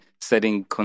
setting